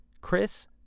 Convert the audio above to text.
Chris